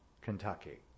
Kentucky